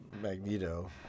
Magneto